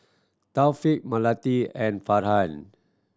Taufik Melati and Farhan